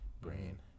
brain